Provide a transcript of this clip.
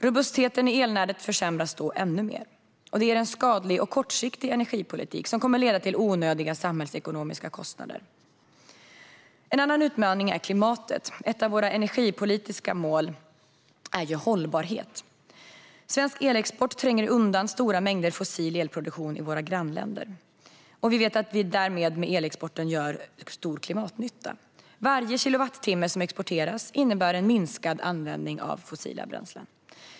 Robustheten i elnätet försämras då ännu mer. Detta är en skadlig och kortsiktig energipolitik som kommer att leda till onödiga samhällsekonomiska kostnader. En annan utmaning är klimatet. Ett av våra energipolitiska mål är hållbarhet. Svensk elexport tränger undan stora mängder fossil elproduktion i våra grannländer. Vi vet att vi därmed med elexporten gör stor klimatnytta. Varje kilowattimme som exporteras innebär en minskad användning av fossila bränslen.